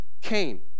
Cain